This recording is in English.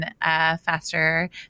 faster